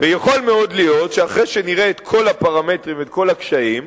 ויכול מאוד להיות שאחרי שנראה את כל הפרמטרים ואת כל הקשיים,